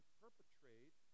perpetrate